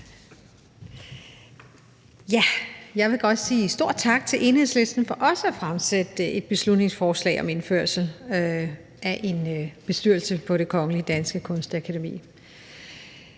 Jeg vil godt sige stor tak til Enhedslisten for også at fremsætte et beslutningsforslag om indførelse af en bestyrelse på Det Kongelige Danske Kunstakademi.